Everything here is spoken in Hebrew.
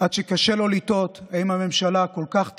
עד שקשה לא לתהות: האם הממשלה כל כך טיפשה,